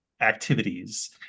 activities